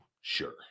Sure